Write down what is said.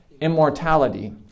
immortality